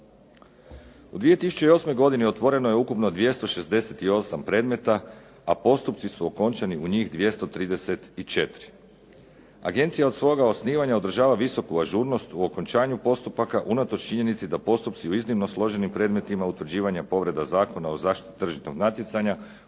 U 2008. godini otvoreno je ukupno 268 predmeta a postupci su okončani u njih 234. Agencija od svoga osnivanja održava visoku ažurnost u okončanju postupaka unatoč činjenici da postupci u iznimno složenim predmetima utvrđivanja povreda Zakona o zaštiti tržišnog natjecanja